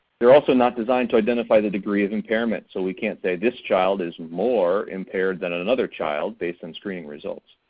they're also not designed to identify the degree of impairment. so we can't say this child is more impaired than another child based on screening results.